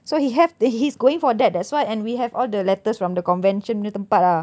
so he have the he's going for that that's why and we have all the letters from the convention punya tempat ah